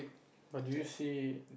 but do you see